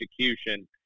execution